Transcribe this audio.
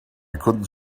couldn’t